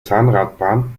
zahnradbahn